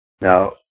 Now